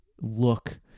look